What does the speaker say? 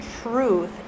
truth